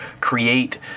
create